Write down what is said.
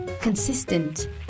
consistent